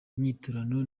inyiturano